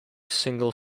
single